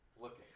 looking